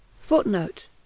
Footnote